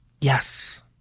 Yes